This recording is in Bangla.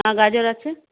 হ্যাঁ গাজর আছে